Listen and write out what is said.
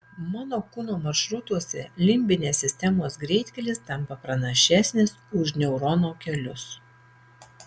mano kūno maršrutuose limbinės sistemos greitkelis tampa pranašesnis už neuronų kelius